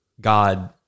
God